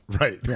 right